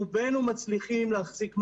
רובנו מצליחים להחזיק מעמד.